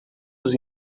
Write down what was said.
dos